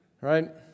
Right